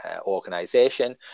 organization